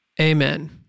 Amen